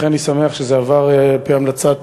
לכן אני שמח שזה עובר, על-פי המלצת